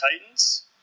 Titans